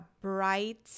bright